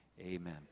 amen